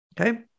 okay